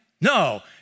No